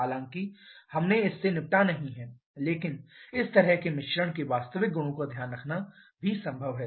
हालांकि हमने इससे निपटा नहीं है लेकिन इस तरह के मिश्रण के वास्तविक गुणों का ध्यान रखना भी संभव है